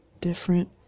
different